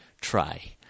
try